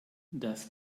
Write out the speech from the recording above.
das